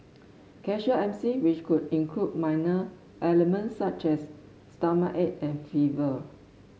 casual M C which would include minor ailment such as stomachache and fever